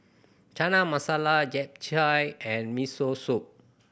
Chana Masala Japchae and Miso Soup